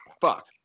fuck